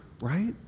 right